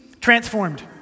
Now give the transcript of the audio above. transformed